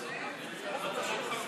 לסעיף 1